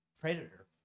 predator